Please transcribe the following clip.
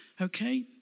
Okay